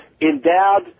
Endowed